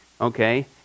Okay